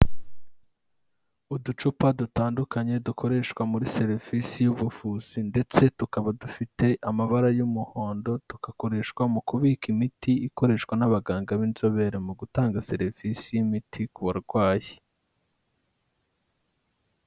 Uducupa dutandukanye dukoreshwa muri serivisi y'ubuvuzi ndetse tukaba dufite amabara y'umuhondo tugakoreshwa mu kubika imiti ikoreshwa n'abaganga b'inzobere mu gutanga serivisi y'imiti ku barwayi.